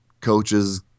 coaches